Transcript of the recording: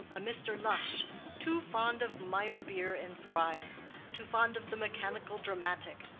a mr. lush too fond of meyerbeer and scribe too fond of the mechanical-dramatic.